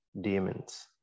demons